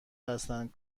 هستند